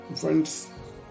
Friends